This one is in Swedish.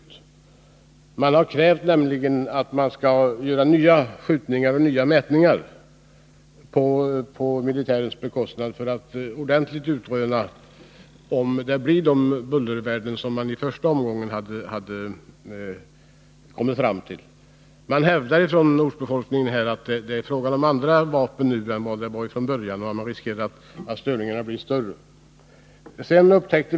Föreningen har krävt att nya mätningar vid skjutning skall göras på militärens bekostnad för att man skall kunna ordentligt utröna om bullervärdena blir desamma som vid den första undersökningen. Ortsbefolkningen hävdar att det är fråga om andra vapen nu än det var från början och att det därför finns risk för att störningarna kommer att bli värre än beräknat.